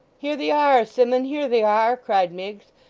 here they are, simmun! here they are cried miggs,